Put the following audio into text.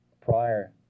prior